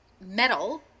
metal